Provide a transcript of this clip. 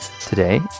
today